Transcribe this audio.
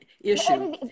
issue